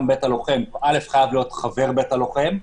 בית הלוחם א' חייב להיות חבר בית הלוחם,